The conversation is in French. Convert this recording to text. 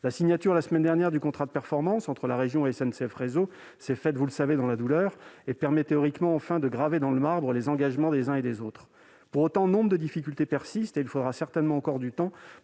la signature la semaine dernière du contrat de performance entre la région SNCF, réseau, c'est fait, vous le savez, dans la douleur et permet théoriquement en fin de graver dans le marbre les engagements des uns et des autres pour autant nombre de difficultés persistent et il faudra certainement encore du temps